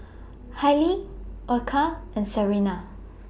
Hailie Erykah and Serena